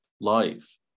life